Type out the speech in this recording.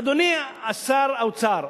אדוני שר האוצר,